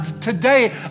Today